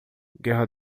guerra